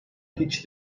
hiç